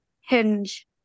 Hinge